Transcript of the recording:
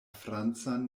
francan